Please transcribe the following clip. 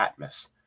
ATMOS